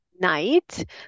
night